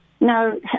no